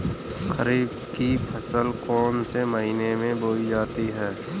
खरीफ की फसल कौन से महीने में बोई जाती है?